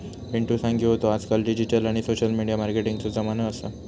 पिंटु सांगी होतो आजकाल डिजिटल आणि सोशल मिडिया मार्केटिंगचो जमानो असा